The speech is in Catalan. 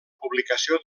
publicació